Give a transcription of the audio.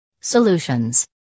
Solutions